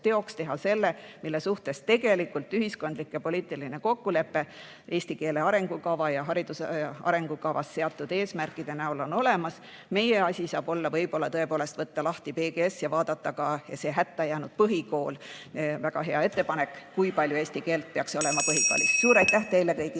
teoks teha selle, mille suhtes tegelikult ühiskondlik ja poliitiline kokkulepe eesti keele arengukava ja hariduse arengukavas seatud eesmärkide näol on olemas. Meie asi saab olla võib-olla võtta lahti PGS ja vaadata ka seda hätta jäänud põhikooli – väga hea ettepanek –, kui palju eesti keelt peaks olema põhikoolis. (Juhataja helistab